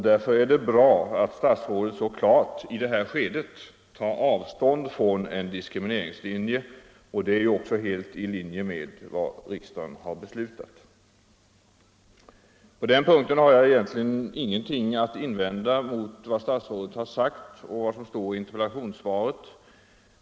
Därför är det bra att statsrådet så klart i detta skede av förhandlingarna tar avstånd från en diskriminering. Det ligger också helt i linje med vad riksdagen beslutat. På den punkten har jag ingenting att invända mot vad statsrådet sagt och vad som står i interpellationssvaret.